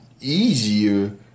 easier